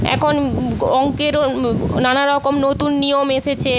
এখন গ অঙ্কেরও নানা রকম নতুন নিয়ম এসেছে